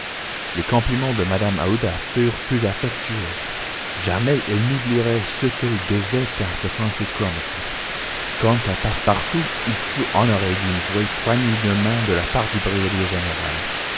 les compliments de mrs aouda furent plus affectueux jamais elle n'oublierait ce qu'elle devait à sir francis cromarty quant à passepartout il fut honoré d'une vraie poignée de main de la part du brigadier général